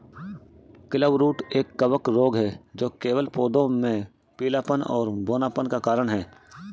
clubroot एक कवक रोग है जो केवल पौधों में पीलापन और बौनापन का कारण है